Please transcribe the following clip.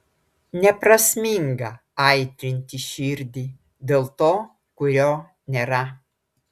neprasminga aitrinti širdį dėl to kurio nėra